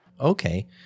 Okay